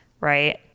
right